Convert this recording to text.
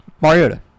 Mariota